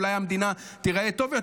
אולי המדינה תיראה טוב יותר.